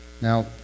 Now